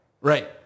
Right